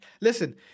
Listen